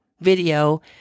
video